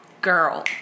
Girl